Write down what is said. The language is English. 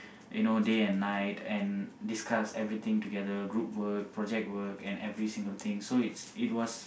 you know day and night and discuss everything together group work project work and every single thing so it's it was